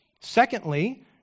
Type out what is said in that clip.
Secondly